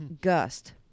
Gust